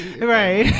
right